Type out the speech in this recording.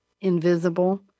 invisible